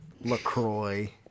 LaCroix